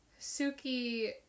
Suki